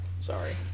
Sorry